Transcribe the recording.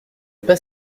pas